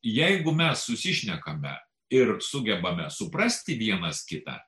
jeigu mes susišnekame ir sugebame suprasti vienas kitą